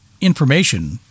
information